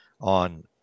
on